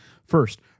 First